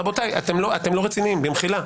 רבותיי, אתם לא רציניים, במחילה.